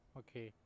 okay